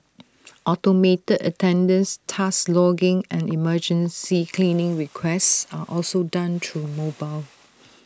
automated attendance task logging and emergency cleaning requests are also done through mobile